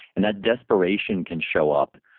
and that desperation can show up.